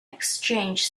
exchanged